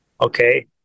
okay